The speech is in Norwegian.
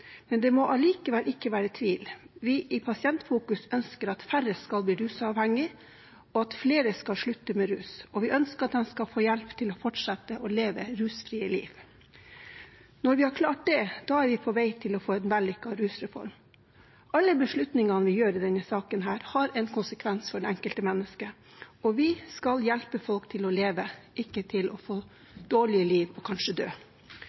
Det må allikevel ikke være tvil om at vi i Pasientfokus ønsker at færre skal bli rusavhengig, og at flere skal slutte med rus. Og vi ønsker at de skal få hjelp til å fortsette å leve rusfrie liv. Når vi har klart det, er vi på vei til å få en vellykket rusreform. Aller beslutninger vi gjør i denne saken, har en konsekvens for det enkelte menneske. Vi skal hjelpe folk til å leve, ikke til å få dårlige liv og kanskje